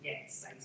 Yes